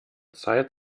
zeit